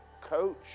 Coach